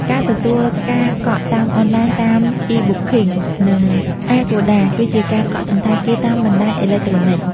ការទទួលការកក់តាមអនឡាញតាម អុី បុកឃីង និងអាហ្គូដា គឺជាការកក់សណ្ឋាគារតាមបណ្ដាញអេឡិចត្រូនិច។